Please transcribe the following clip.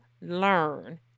learn